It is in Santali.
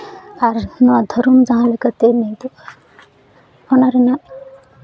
ᱟᱨ ᱱᱚᱣᱟ ᱫᱚ ᱫᱷᱚᱨᱚᱢ ᱡᱟᱦᱟᱸ ᱞᱮᱠᱟᱛᱮ ᱢᱤᱫᱚᱜ ᱚᱱᱟ ᱨᱮᱱᱟᱜ